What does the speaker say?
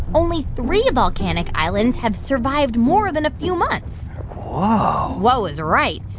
only three volcanic islands have survived more than a few months whoa whoa is right.